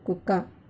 కుక్క